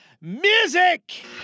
Music